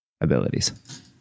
abilities